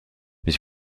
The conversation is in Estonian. mis